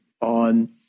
on